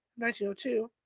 1902